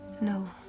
No